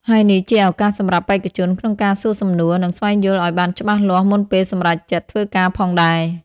ហើយនេះជាឱកាសសម្រាប់បេក្ខជនក្នុងការសួរសំណួរ និងស្វែងយល់ឲ្យបានច្បាស់លាស់មុនពេលសម្រេចចិត្តធ្វើការផងដែរ។